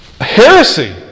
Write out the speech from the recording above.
heresy